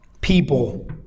people